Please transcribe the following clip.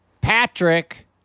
Patrick